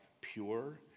Pure